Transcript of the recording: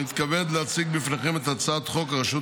אני מתכבד להציג בפניכם את הצעת חוק הרשות